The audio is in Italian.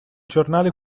giornale